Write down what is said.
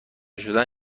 شدن